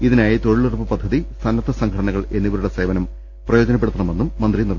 ഇതിനായി തൊഴിലുറപ്പ് പദ്ധതി സന്ന ദ്ധ സംഘടനകൾ എന്നിവരുടെ സേവനം പ്രയോജനപ്പെടുത്തണ മെന്നും മന്ത്രി നിർദേശിച്ചു